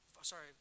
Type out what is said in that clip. sorry